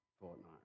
fortnight